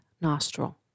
nostril